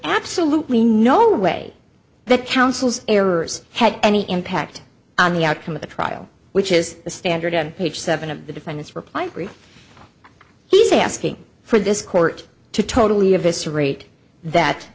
absolutely no way that counsel's errors had any impact on the outcome of the trial which is the standard on page seven of the defendants reply he's asking for this court to totally eviscerate that